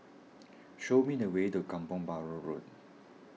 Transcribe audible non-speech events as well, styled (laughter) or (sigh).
(noise) show me the way to Kampong Bahru Road